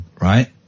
right